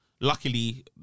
Luckily